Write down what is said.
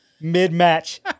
Mid-match